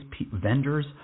vendors